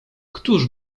któż